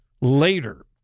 later